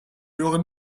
höre